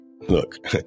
Look